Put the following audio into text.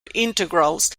integrals